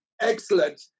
Excellent